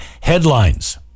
Headlines